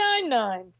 Nine-Nine